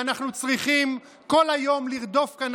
בושה וחרפה שאנחנו צריכים כל היום לרדוף כאן